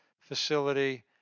facility